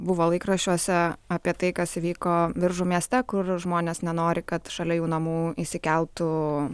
buvo laikraščiuose apie tai kas įvyko biržų mieste kur žmonės nenori kad šalia jų namų įsikeltų